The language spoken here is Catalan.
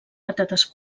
patates